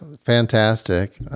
Fantastic